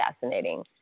fascinating